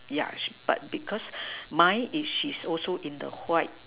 yeah but because mine is she's also in the white